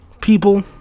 people